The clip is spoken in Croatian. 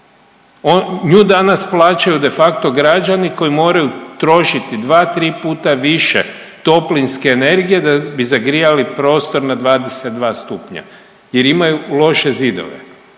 nju danas plaćaju de facto građani koji moraju trošiti dva, tri puta više toplinske energije da bi zagrijali prostor na 22 stupnja jer imaju loše zidove.